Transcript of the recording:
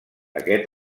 aquest